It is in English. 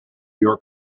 york